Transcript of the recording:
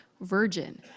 virgin